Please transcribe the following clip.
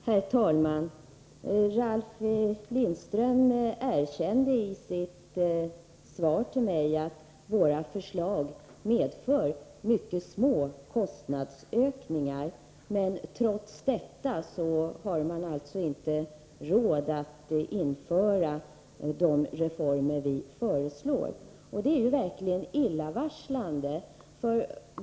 Herr talman! Ralf Lindström erkände i sitt svar till mig att de kostnadsökningar som vårt förslag medför är mycket små. Men trots detta har man alltså inte råd att införa de reformer som vi föreslår. Det är verkligen illavarslande.